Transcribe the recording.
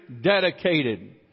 dedicated